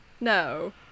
No